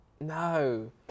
No